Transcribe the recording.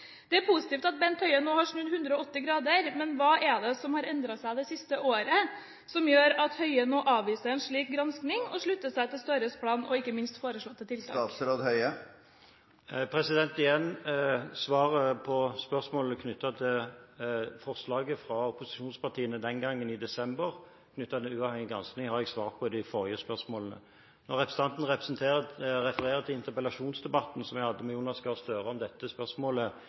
Det er positivt at Bent Høie nå har snudd 180 grader, men hva er det som har endret seg det siste året, som gjør at Høie nå avviser en slik gransking og slutter seg til Gahr Støres plan og ikke minst foreslåtte tiltak? Spørsmål knyttet til forslaget fra opposisjonspartiene den gangen, i desember, om en uavhengig gransking har jeg svart på i de forrige innleggene. Representanten refererer til interpellasjonsdebatten jeg hadde med Jonas Gahr Støre om dette spørsmålet